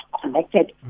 connected